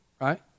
Right